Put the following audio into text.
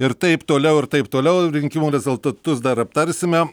ir taip toliau ir taip toliau rinkimų rezultatus dar aptarsime